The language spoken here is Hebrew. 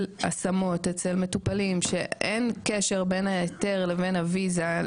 השמות אצל מטופלים שאין קשר בין ההיתר לבין הוויזה,